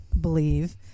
believe